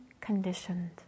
conditioned